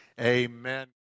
Amen